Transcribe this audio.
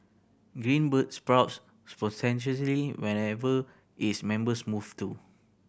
Green Bird sprouts whenever its members move to